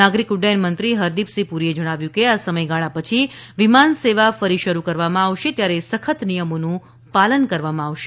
નાગરિક ઉદ્દયન મંત્રી હરદીપસિંહ પુરીએ જણાવ્યું હતું કે આ સમયગાળા પછી વિમાન સેવા ફરી શરૂ કરવામાં આવશે ત્યારે સખત નિયમોનું પાલન કરવામાં આવશે